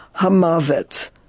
Hamavet